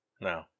no